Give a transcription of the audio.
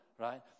Right